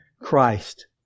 Christ